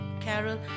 carol